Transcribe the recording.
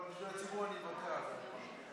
אבל בשביל הציבור אני אוותר על זה.